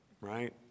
right